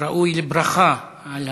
שראוי לברכה על